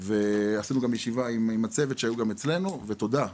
ועשינו ישיבה עם הצוות כשהם היו אצלנו ותודה,